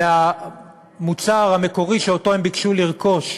למוצר המקורי, שאותו הם ביקשו לרכוש,